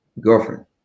girlfriend